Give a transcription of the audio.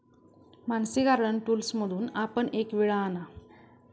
Mansi garden टूल्समधून आपण एक विळा आणा